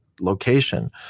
location